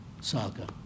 saga